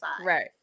Right